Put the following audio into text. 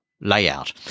layout